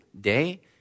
day